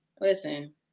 Listen